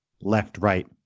left-right